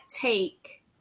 take